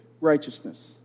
righteousness